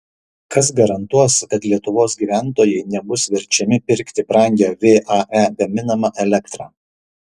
kas garantuos kad lietuvos gyventojai nebus verčiami pirkti brangią vae gaminamą elektrą